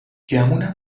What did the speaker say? گمونم